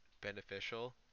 beneficial